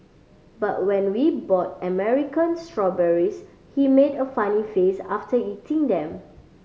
but when we bought American strawberries he made a funny face after eating them